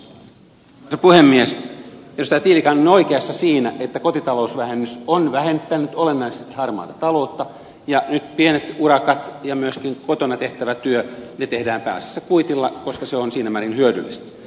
edustaja tiilikainen on oikeassa siinä että kotitalousvähennys on vähentänyt olennaisesti harmaata taloutta ja nyt pienet urakat ja myöskin kotona tehtävä työ ne tehdään pääasiassa kuitilla koska se on siinä määrin hyödyllistä